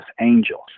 angels